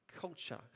culture